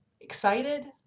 Excited